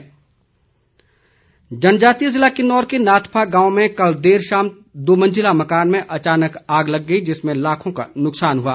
आग जनजातीय जिला किन्नौर के नाथपा गांव में कल देर शाम दो मंजिला मकान में अचानक आग लग गई जिसमें लाखों का नुकसान हुआ